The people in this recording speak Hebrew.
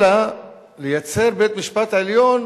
אלא לייצר בית-משפט עליון